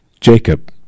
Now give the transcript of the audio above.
Jacob